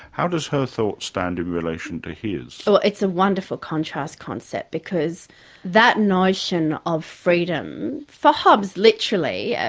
how does her thought stand in relation to his? well, it's a wonderful contrast concept because that notion of freedom, for hobbes literally, yeah